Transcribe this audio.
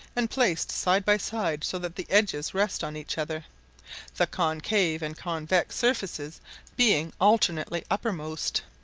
and placed side by side, so that the edges rest on each other the concave and convex surfaces being alternately uppermost,